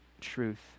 truth